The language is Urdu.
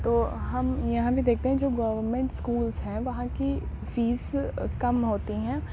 تو ہم یہاں بھی دیکھتے ہیں جو گورنمنٹ اسکولس ہیں وہاں کی فیس کم ہوتی ہیں